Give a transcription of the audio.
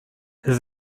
his